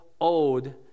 ode